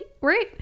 right